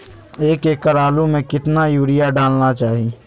एक एकड़ आलु में कितना युरिया डालना चाहिए?